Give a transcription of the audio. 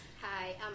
hi